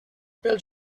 pel